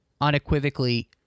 unequivocally